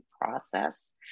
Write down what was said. process